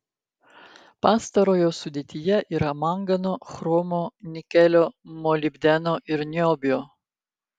pastarojo sudėtyje yra mangano chromo nikelio molibdeno ir niobio